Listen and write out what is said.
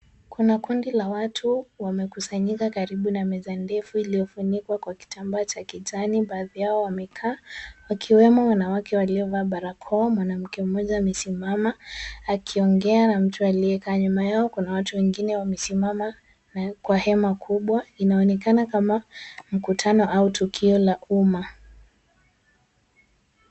Kuna kundi la watu, wamekusanyika karibu na meza ndefu iliyofunikwa kwa kitambaa cha kijani, baadhi yao wamekaa, wakiwemo wanawake waliovaa barakoa, mwanamke mmoja amesimama akiongea na mtu aliyekaa nyuma yao, kuna watu wengine wamesimama na kwa hema kubwa inaonekana kama mkutano au tukio la umma.